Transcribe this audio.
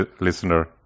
listener